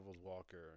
walker